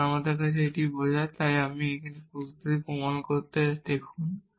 তখন আমার কাছে এটি বোঝায় তাই আপনি এই সূত্রটি প্রমাণ করতে দেখুন